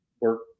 work